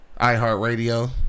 iHeartRadio